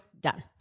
done